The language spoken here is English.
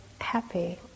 happy